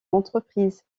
l’entreprise